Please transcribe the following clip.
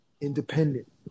independent